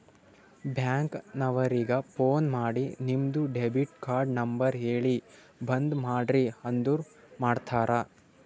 bank ನವರಿಗ phone ಮಾಡಿ ನಿಮ್ದು ಡೆಬಿಟ್ ಕಾರ್ಡ್ ನಂಬರ್ ಹೇಳಿ ಬಂದ್ ಮಾಡ್ರಿ ಅಂದುರ್ ಮಾಡ್ತಾರ